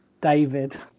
David